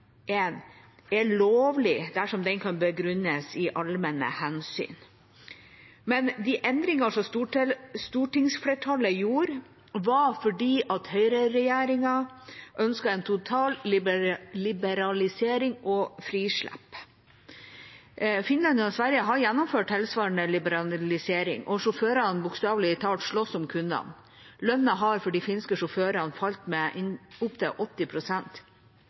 er lovlig dersom det kan begrunnes i allmenne hensyn, men de endringene som stortingsflertallet gjorde, var ut fra at høyreregjeringen ønsket en total liberalisering og frislipp. Finland og Sverige har gjennomført en tilsvarende liberalisering, og sjåførene slåss bokstavelig talt om kundene. Lønna har for de finske sjåførene falt med opptil